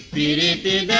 da da